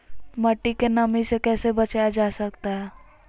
मट्टी के नमी से कैसे बचाया जाता हैं?